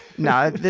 No